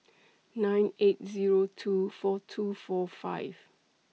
nine eight Zero two four two four five